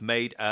Made